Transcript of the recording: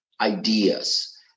ideas